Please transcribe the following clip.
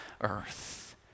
Earth